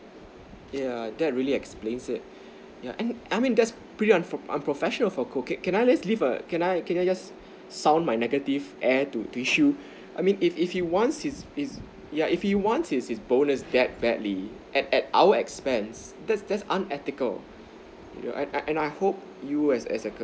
yeah that's really explains it yeah and I mean that's pretty unprof~ unprofessional for koh can can I just leave err can I can I just sound my negative air to to you I I mean if if you wants is is yeah if you want is is bonus that badly at at our expense that's that's unethical you're and and and I hope you as a a col~